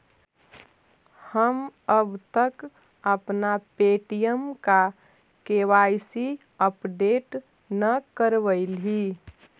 हम अब तक अपना पे.टी.एम का के.वाई.सी अपडेट न करवइली